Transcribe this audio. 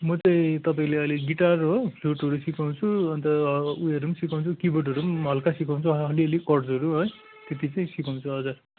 म चाहिँ तपाईँले अहिले गिटार हो फ्लुटहरू सिकाउँछु अन्त उयोहरू पनि सिकाउँछु किबोर्डहरू पनि हल्का सिकाउँछु अलिअलि कर्ड्सहरू है त्यति चाहिँ सिकाउँछु हजुर